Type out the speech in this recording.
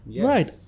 Right